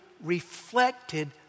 reflected